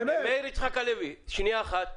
מאיר יצחק הלוי, רגע.